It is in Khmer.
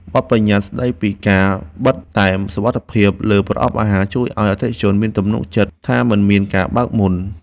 បទប្បញ្ញត្តិស្ដីពីការបិទតែមសុវត្ថិភាពលើប្រអប់អាហារជួយឱ្យអតិថិជនមានទំនុកចិត្តថាមិនមានការបើកមុន។